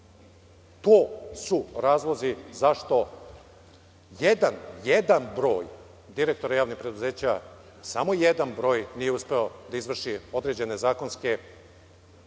su razlozi zašto jedan broj direktora javnih preduzeća, samo jedan broj nije uspeo da izvrši određene zakonske,